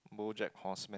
BoJack-Horseman